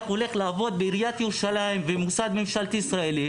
הולך לעבוד בעיריית ירושלים ובמוסד ממשלתי ישראלי.